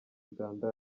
uganda